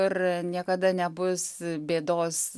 ir niekada nebus bėdos